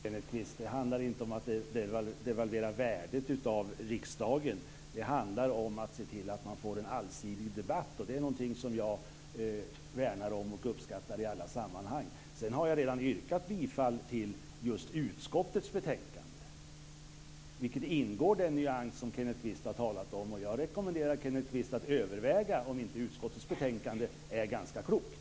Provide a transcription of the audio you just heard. Fru talman! Det handlar inte om att devalvera värdet av riksdagen. Det handlar om att se till att vi får en allsidig debatt. Det är någonting jag värnar och uppskattar i alla sammanhang. Jag har redan yrkat bifall till utskottets hemställan, som ingår i den nyans som Kvist talade om. Jag rekommenderar Kvist att överväga om inte utskottets betänkande är ganska klokt.